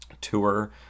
tour